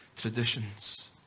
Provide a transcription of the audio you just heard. traditions